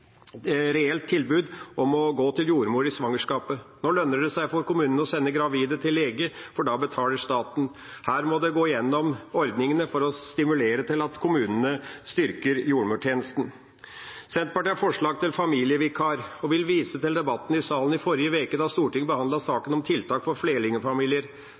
reelt tilbud om å gå til jordmor i svangerskapet. Nå lønner det seg for kommunene å sende gravide til lege, for da betaler staten. Her må en gå gjennom ordningene for å stimulere til at kommunene styrker jordmortjenesten. Senterpartiet har forslag om familievikar og vil vise til debatten i forrige uke, da Stortinget behandlet saken om tiltak for flerlingfamilier.